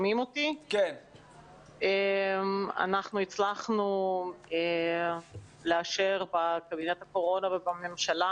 אנחנו הצלחנו לאשר בקבינט הקורונה ובממשלה